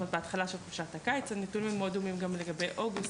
בהתחלה של חופשת הקיץ והנתונים הם גם מאוד דומים לגבי אוגוסט,